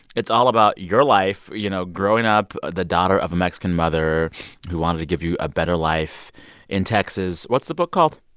it's all about your life, you know, growing up the daughter of a mexican mother who wanted to give you a better life in texas. what's the book called?